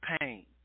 pain